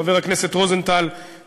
חבר הכנסת רוזנטל,